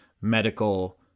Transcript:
medical